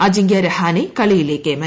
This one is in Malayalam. അജിങ്കൃരഹാനെ കളിയിലെ കേമൻ